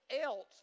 Else